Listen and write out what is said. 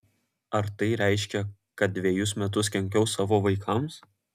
ar tai reiškia kad dvejus metus kenkiau savo vaikams